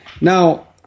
now